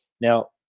Now